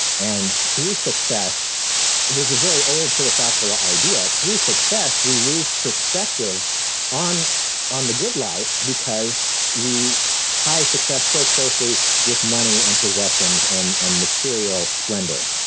and through success there's a very old philosophical ah idea through success, we lose perspective on on the good life because we tie success so closely with money and possessions and and material splendor.